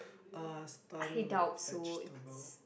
uh stunned like vegetable